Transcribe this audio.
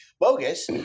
bogus